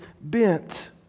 bent